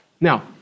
Now